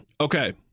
Okay